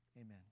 amen